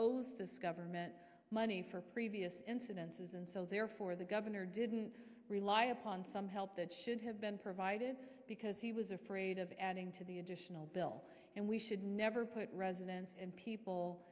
owes this government money for previous incidences and so therefore the governor didn't rely upon some help that should have been provided because he was afraid of adding to the additional bill and we should never put residents in people